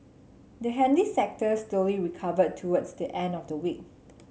the handy sector slowly recovered towards the end of the week